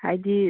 ꯍꯥꯏꯕꯗꯤ